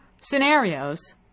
scenarios